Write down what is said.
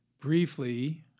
Briefly